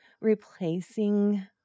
replacing